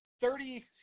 Thirty-